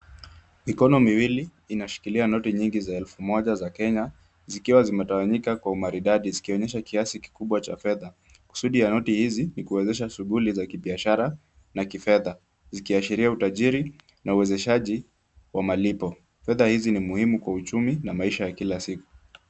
Mikono miwili inashikilia noti nyingi za elfu moja za Kenya zikiwa zimetawanyika kwa umaridadi zikionyesha kiasi kikubwa cha fedha. Kusudi ya noti hizi ni kuwezesha shughuli za kibiashara na kifedha zikiashiria utajiri na uwezeshaji wa malipo. Fedha hizi ni muhimu kwa uchumi na maisha ya kila siku.